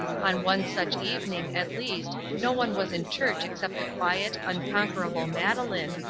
on one such evening at least no one was in church except the quiet, unconquerable madeleine,